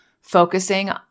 focusing